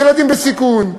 ילדים בסיכון,